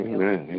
Amen